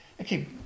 Okay